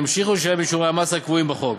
ימשיכו לשלם את שיעורי המס הקבועים בחוק.